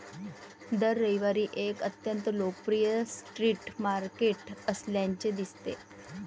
दर रविवारी एक अत्यंत लोकप्रिय स्ट्रीट मार्केट असल्याचे दिसते